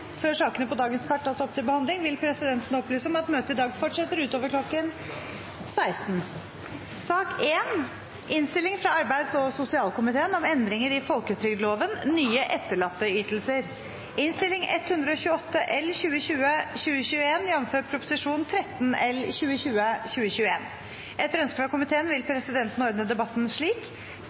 Før sakene på dagens kart tas opp til behandling, vil presidenten opplyse om at møtet i dag fortsetter utover kl. 16. Etter ønske fra arbeids- og sosialkomiteen vil presidenten ordne debatten slik: